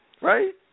right